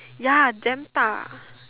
ya damn 大